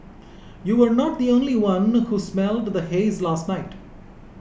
you were not the only one who smelled the haze last night